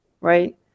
right